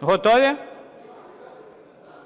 Готові? 3450.